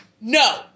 No